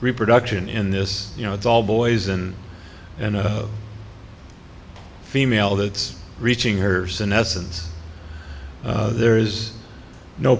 reproduction in this you know it's all boys and and female that's reaching her senescence there's no